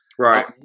Right